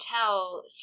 tell